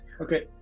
Okay